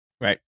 Right